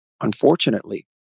unfortunately